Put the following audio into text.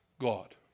God